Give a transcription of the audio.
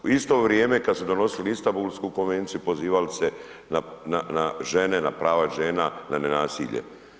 U isto vrijeme kad su donosili Istambulsku konvenciju, pozivali se na žene, na prava žena, na nenasilje.